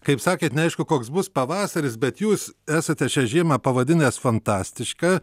kaip sakėt neaišku koks bus pavasaris bet jūs esate šią žiemą pavadinęs fantastiška